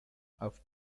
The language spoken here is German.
auf